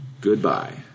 goodbye